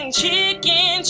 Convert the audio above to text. chicken